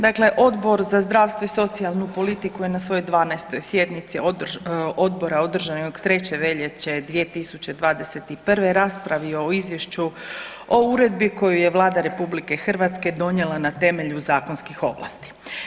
Dakle Odbor za zdravstvo i socijalnu politiku je na svojoj 12. sjednici odbora održane od 3. veljače 2021. raspravio o Izvješću o uredbi koju je Vlada RH donijela na temelju zakonskih ovlasti.